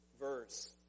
verse